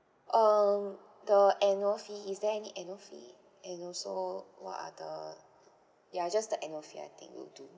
um the annual fee is there any annual fee and also what are the ya just the annual fee I think will do